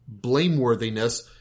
blameworthiness